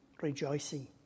rejoicing